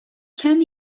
can